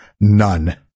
none